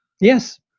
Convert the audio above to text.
Yes